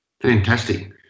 Fantastic